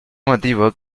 motivo